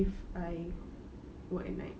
if I work at night